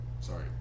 Sorry